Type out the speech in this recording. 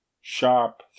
sharp